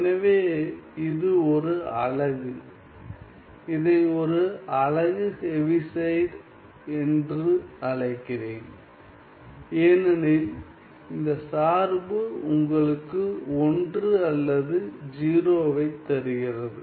எனவே இது ஒரு அலகு இதை ஒரு அலகு ஹெவிசைட் என்று அழைக்கிறேன் ஏனெனில் இந்த சார்பு உங்களுக்கு 1 அல்லது 0 வைத் தருகிறது